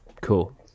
cool